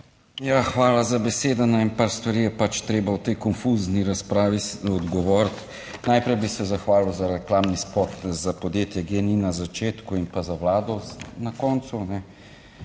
Ja, hvala za besedo in par stvari je pač treba v tej konfuzni razpravi odgovoriti. Najprej bi se zahvalil za reklamni spot za podjetje GEN-I na začetku in pa za vlado na koncu,